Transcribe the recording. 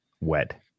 wet